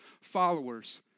followers